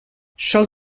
sol